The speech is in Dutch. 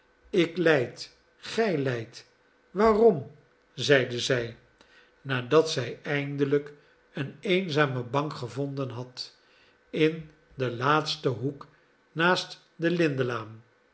ik lijd gij lijdt waarom zeide zij nadat zij eindelijk een eenzame bank gevonden had in den laatsten hoek naast de lindenlaan